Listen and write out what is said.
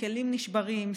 כלים נשברים,